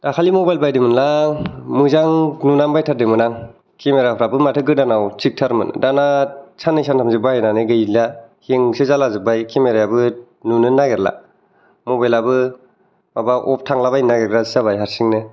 दाखालि मबाइल बायदोंमोनलां मोजां नुनानै बायथारदोंमोन आं केमेराफ्राबो माथो गोदानाव थिकथारमोन दाना साननै सानथामसो बाहायनानै गैला हेंगसो जाला जोब्बाय केमेरायाबो नुनोनो नागिरला मबाइलाबो माबा अफ थांलाबायनो नागिरग्रासो जाबाय हारसिंनो